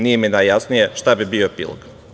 Nije mi najjasnije šta bi bio epilog?